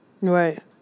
Right